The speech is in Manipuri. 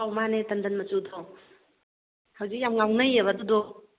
ꯑꯧ ꯃꯥꯅꯦ ꯇꯟꯗꯟ ꯃꯆꯨꯗꯣ ꯍꯧꯖꯤꯛ ꯌꯥꯝ ꯉꯥꯎꯅꯩꯌꯦꯕ ꯑꯗꯨꯗꯣ